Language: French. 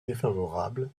défavorables